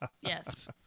Yes